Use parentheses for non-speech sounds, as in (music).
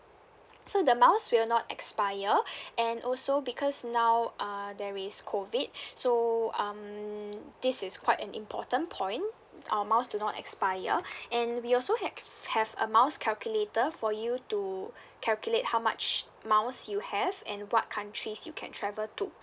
so the miles will not expire (breath) and also because now uh there is COVID (breath) so um this is quite an important point uh miles do not expire (breath) and we also ha~ have a miles calculator for you to calculate how much miles you have and what countries you can travel to